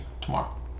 tomorrow